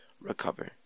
recover